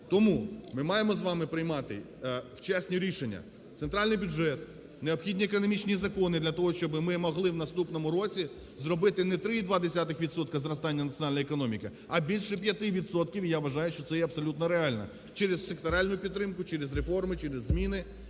Тому ми маємо з вами приймати вчасні рішення. Центральний бюджет, необхідні економічні закони для того, щоби ми могли в наступному році зробити не 3,2 відсотки зростання національної економіки, а більше 5 відсотків, я вважаю, що це є абсолютно реально через секторальну підтримку, через реформи, через зміни.